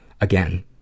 Again